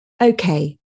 Okay